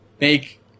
make